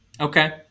Okay